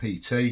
PT